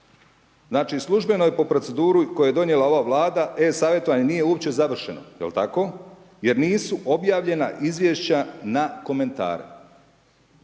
Znači, službeno je po proceduri koje je donijela ova vlada, e-savjetovanje nije uopće završeno, jel tako? Jer nisu obavljena izvješća na komentare.